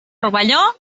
rovelló